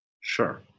Sure